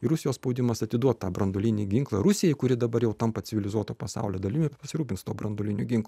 rusijos spaudimas atiduo tą branduolinį ginklą rusijai kuri dabar jau tampa civilizuoto pasaulio dalimi pasirūpins tuo branduoliniu ginklu